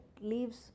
leaves